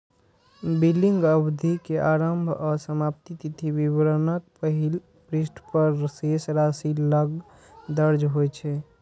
billing अवधि के आरंभ आ समाप्ति तिथि विवरणक पहिल पृष्ठ पर शेष राशि लग दर्ज होइ छै